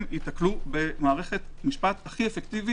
הם ייתקלו במערכת משפט הכי אפקטיבית